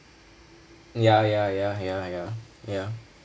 ya ya ya ya ya ya